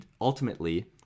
ultimately